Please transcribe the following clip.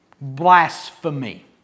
Blasphemy